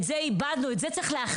את זה איבדנו, את זה צריך להחזיר.